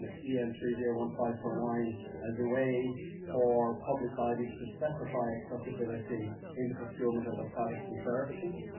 e n three zero one five four nine as a way for public bodies to specify accessibility into procurement of their products and services.